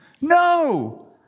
no